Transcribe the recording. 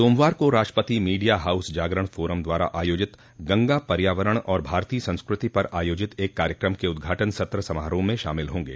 सोमवार को राष्ट्रपति मीडिया हाऊस जागरण फोरम द्वारा आयोजित गंगा पर्यावरण और भारतीय संस्कृति पर आयोजित एक कार्यक्रम के उदघाटन सत्र समारोह में शामिल होंगे